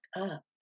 up